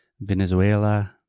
Venezuela